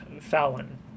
Fallon